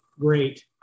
great